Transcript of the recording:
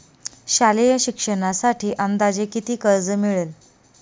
शालेय शिक्षणासाठी अंदाजे किती कर्ज मिळेल?